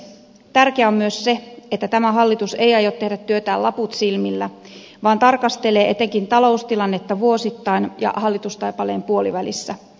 tärkeää on myös se että tämä hallitus ei aio tehdä työtään laput silmillä vaan tarkastelee etenkin taloustilannetta vuosittain ja hallitustaipaleen puolivälissä